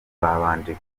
babanje